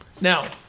Now